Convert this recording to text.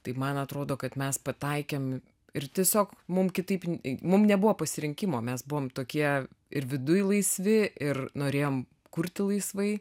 taip man atrodo kad mes pataikėm ir tiesiog mum kitaip nei mum nebuvo pasirinkimo mes buvom tokie ir viduj laisvi ir norėjom kurti laisvai